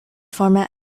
format